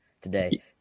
today